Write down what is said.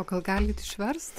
gal galit išverst